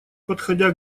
подходя